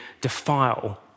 defile